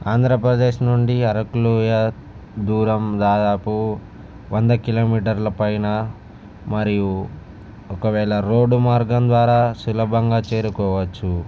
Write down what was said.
ఆంధ్రప్రదేశ్ నుండి అరకులోయ దూరం దాదాపు వంద కిలోమీటర్ల పైన మరియు ఒకవేళ రోడ్డు మార్గం ద్వారా సులభంగా చేరుకోవచ్చు